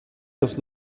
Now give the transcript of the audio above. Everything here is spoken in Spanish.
los